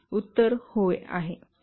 उत्तर होय आहे